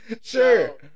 Sure